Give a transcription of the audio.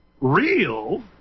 real